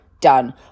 done